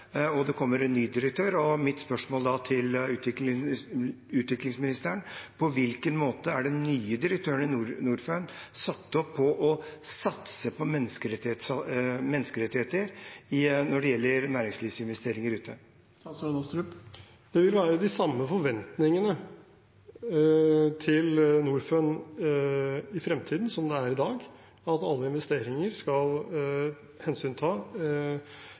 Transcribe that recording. slutte. Det kommer en ny direktør, og mitt spørsmål til utviklingsministeren er: På hvilken måte er den nye direktøren i Norfund satt til å satse på menneskerettigheter når det gjelder næringslivsinvesteringer ute? Det vil være de samme forventningene til Norfund i fremtiden som det er i dag, om at alle investeringer skal hensynta